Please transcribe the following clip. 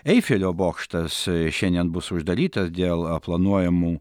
eifelio bokštas šiandien bus uždarytas dėl planuojamų